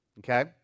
Okay